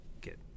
get